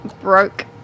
broke